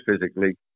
physically